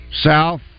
south